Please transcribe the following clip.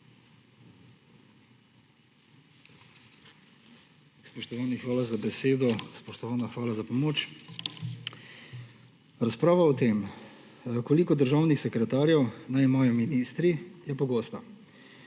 Spoštovani, hvala za besedo. Spoštovana, hvala za pomoč! Razprava o tem, koliko državnih sekretarjev naj imajo ministri, je pogosta.